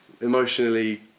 Emotionally